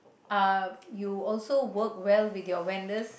uh you also work well with your vendors